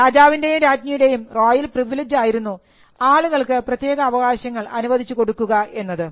രാജാവിൻറേയും രാജ്ഞിയുടെയും royal privilege ആയിരുന്നു ആളുകൾക്ക് പ്രത്യേക അവകാശങ്ങൾ അനുവദിച്ചു കൊടുക്കുക എന്നത്